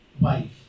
wife